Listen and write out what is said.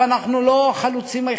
אנחנו לא החלוצים,